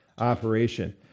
operation